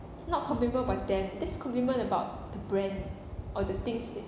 not compliment about them just compliment about the brand or the things that